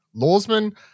Lawsman